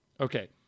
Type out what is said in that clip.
Okay